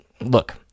look